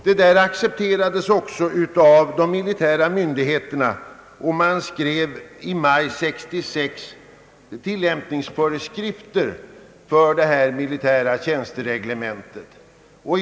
Detta accepterades också av de militära myndigheterna, och i maj 1966 skrevs tillämpningsföreskrifter för det militära tjänstereglementet på denna punkt.